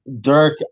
Dirk